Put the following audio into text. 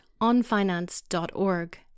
onfinance.org